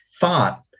thought